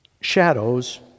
Shadows